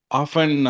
often